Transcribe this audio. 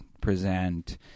present